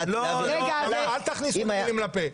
אל תכניסו לי מילים לפה.